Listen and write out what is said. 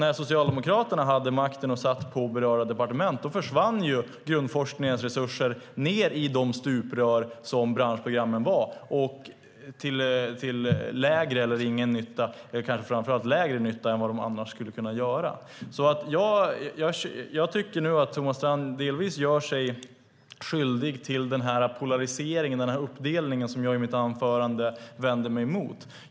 När Socialdemokraterna hade makten och satt på berört departement försvann grundforskningens resurser ned i de stuprör som branschprogrammen innebar till lägre nytta än vad de annars skulle vara. Jag tycker att Thomas Strand delvis gör sig skyldig till polariseringen, uppdelningen, som jag i mitt anförande vände mig mot.